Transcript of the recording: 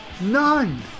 None